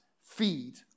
feed